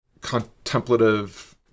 contemplative